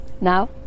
now